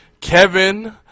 Kevin